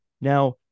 Now